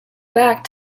back